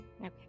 okay